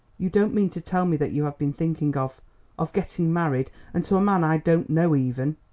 you don't mean to tell me that you have been thinking of of getting married and to a man i don't know even.